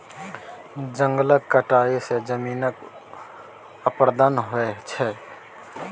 जंगलक कटाई सँ जमीनक अपरदन होइ छै